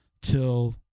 till